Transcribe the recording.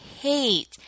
hate